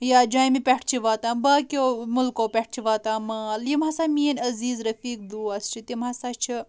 یا جۄمہِ پٮ۪ٹھ چھِ واتان باقیو مُلکو پٮ۪ٹھ چھُ واتان مال یِم ہسا میٲنۍ عزیٖز رٔفیٖق بٲژٕ چھِ تِم ہسا چھِ